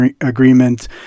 agreement